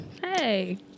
hey